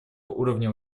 уровня